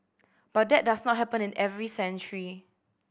but that does not happen in every century